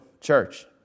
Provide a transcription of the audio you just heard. church